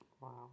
Wow